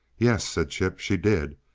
yes, said chip, she did.